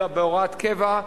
אלא בהוראת קבע.